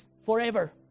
forever